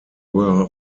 were